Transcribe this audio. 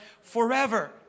forever